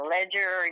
Ledger